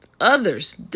others